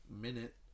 minute